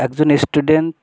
একজন স্টুডেন্ট